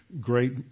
great